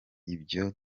ibyo